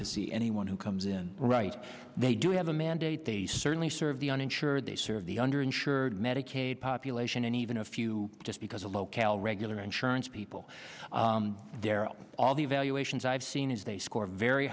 to see anyone who comes in right they do have a mandate they certainly serve the uninsured they serve the under insured medicaid population and even if you just because a low cal regular insurance people all the evaluations i've seen is they score very